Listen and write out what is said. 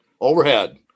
overhead